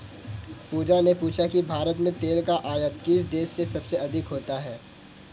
पूजा ने पूछा कि भारत में तेल का आयात किस देश से सबसे अधिक होता है?